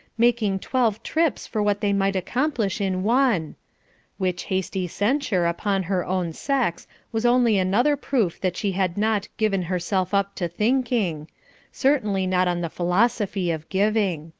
making twelve trips for what they might accomplish in one which hasty censure upon her own sex was only another proof that she had not given herself up to thinking certainly not on the philosophy of giving.